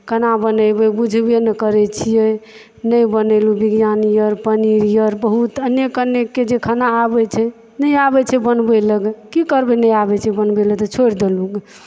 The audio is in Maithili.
कना बनेबय बुझबय नहि करैत छियै नहि बनेलु बिरयानी अर पनीर अर बहुत अनेक अनेक जे खाना आबैत छै नहि आबै छै बनबयलऽ की करबै नहि आबैत छै बनबयलऽ तऽ छोड़ि देलू